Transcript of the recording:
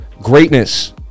greatness